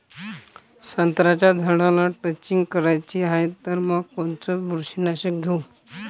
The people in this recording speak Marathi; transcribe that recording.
संत्र्याच्या झाडाला द्रेंचींग करायची हाये तर मग कोनच बुरशीनाशक घेऊ?